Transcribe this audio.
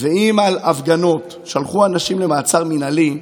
ואם על הפגנות שלחו אנשים למעצר מינהלי,